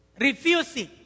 Refusing